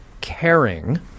caring